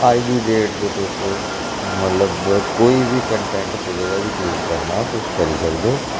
अज्ज दी डेट च तुस मतलब कोई बी कनटैंट कुदै दा बी चूज करना तुस करी सकदे ओ